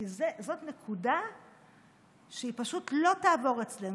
כי זאת נקודה שהיא פשוט לא תעבור אצלנו.